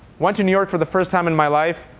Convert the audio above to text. went to new york for the first time in my life,